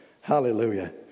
Hallelujah